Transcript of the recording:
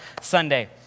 Sunday